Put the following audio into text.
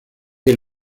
que